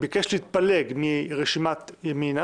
ביקש להתפלג מרשימת ימינה